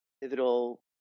pivotal